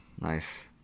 Nice